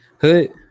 Hood